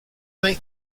make